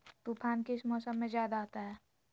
तूफ़ान किस मौसम में ज्यादा आता है?